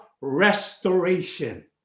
restoration